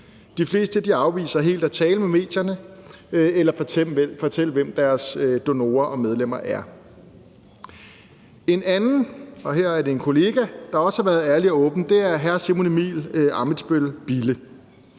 De fleste afviser helt at tale med medierne eller fortælle, hvem deres donorer og medlemmer er. En anden, og her er det en kollega, der også har været ærlig og åben, er hr. Simon Emil Ammitzbøll-Bille.